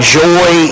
joy